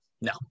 No